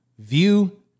view